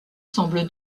semble